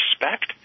respect